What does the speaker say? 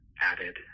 added